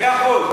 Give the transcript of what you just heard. מאה אחוז.